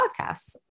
Podcasts